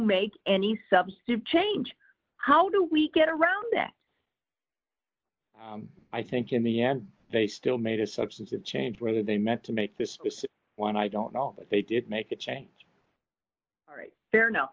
make any substantive change how do we get around that i think in the end they still made a substantive change whether they meant to make this one i don't know but they did make a change right there now